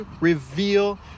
reveal